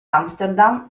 amsterdam